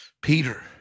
Peter